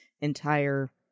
entire